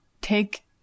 take